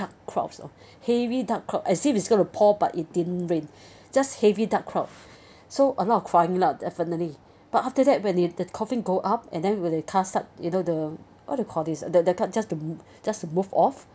clouds heavy dark clouds as if it's going to pour but it didn't rain just heavy dark cloud so a lot of crying lah definitely but after that when the the coffin go up and then when the car starts you know the what do we call this the the car just to just to move off